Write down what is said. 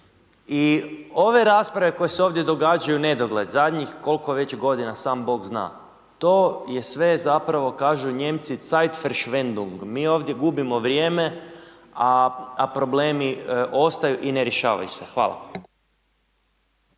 I ove rasprave koje se ovdje događaju u nedogled, zadnjih koliko već g. sam Bog zna, to je sve zapravo kažu Nijemci …/Govornik se ne razumije./… mi ovdje gubimo vrijeme a problemi ostaju i ne rješavaju se. Hvala.